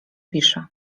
pisze